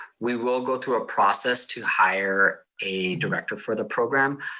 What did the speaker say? we will go through a process to hire a director for the program,